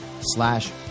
slash